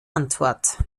antwort